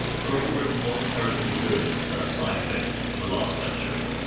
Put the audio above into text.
great britain wasn't terribly good at cycling in the last century.